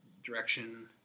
Direction